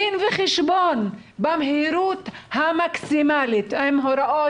דין וחשבון במהירות המקסימלית עם הוראות